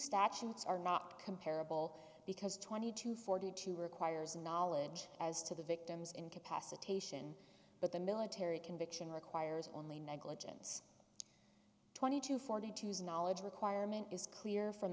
statutes are not comparable because twenty two forty two requires knowledge as to the victim's incapacitation but the military conviction requires only negligence twenty two forty two is knowledge requirement is clear from